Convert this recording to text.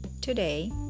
today